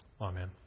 Amen